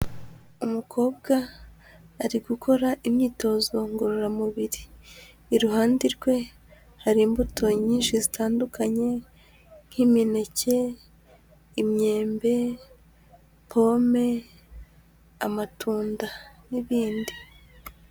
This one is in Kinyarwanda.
Umukobwa ari gukora imyitozo ngororamubiri, iruhande rwe hari imbuto nyinshi zitandukanye nk'imineke, imyembe, pome, amatunda n'ibindi.